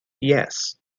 yes